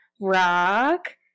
rock